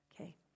Okay